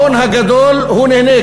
ההון הגדול נהנה,